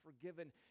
forgiven